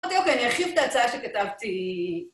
אוקיי, אוקיי, אני ארחיב את ההצעה שכתבתי.